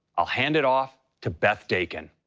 i'll hand it off to beth dakin.